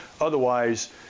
Otherwise